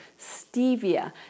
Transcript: stevia